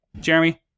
Jeremy